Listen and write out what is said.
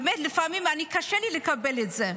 באמת לפעמים קשה לי לקבל את זה.